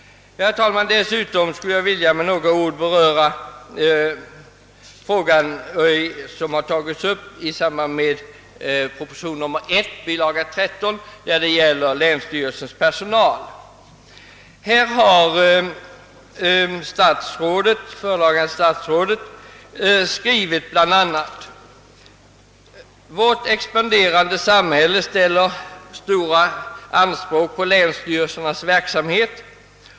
Härefter skall jag med några ord beröra den fråga som har tagits upp i proposition nr 1 bilaga 13, länsstyrelsens personal. Det föredragande statsrådet har anfört bl.a.: »Vårt expanderande samhälle ställer stora anspråk på länsstyrelsernas verksamhet.